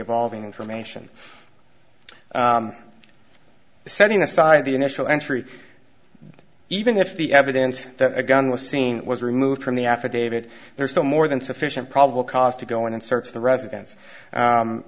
evolving information setting aside the initial entry even if the evidence that a gun was seen was removed from the affidavit there are still more than sufficient probable cause to go in and search the residen